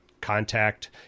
contact